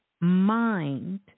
mind